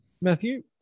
Matthew